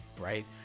right